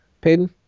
Peyton